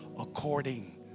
according